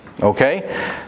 Okay